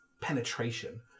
penetration